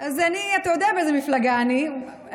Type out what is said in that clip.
אז אתה יודע באיזו מפלגה אני,